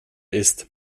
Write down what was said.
ist